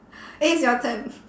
eh it's your turn